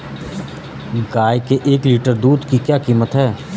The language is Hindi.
गाय के एक लीटर दूध की क्या कीमत है?